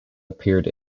appeared